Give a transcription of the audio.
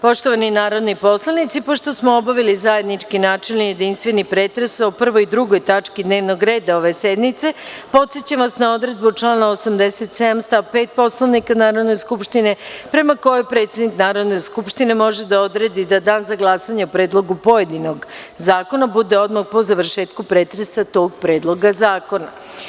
Poštovani narodni poslanici, pošto smo obavili zajednički načelni i jedinstveni pretres o 1. i 2. tački dnevnog reda ove sednice, podsećam vas na odredbu člana 87. stav 5. Poslovnika Narodne skupštine, prema kojoj predsednik Narodne skupštine može da odredi da dan za glasanje o predlogu pojedinog zakona bude odmah po završetku pretresa tog predloga zakona.